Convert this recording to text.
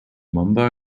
mumbai